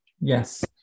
Yes